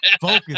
focus